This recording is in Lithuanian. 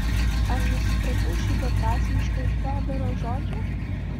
ar nesupratau šių beprasmiškų fiodoro žodžių